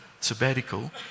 sabbatical